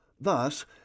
Thus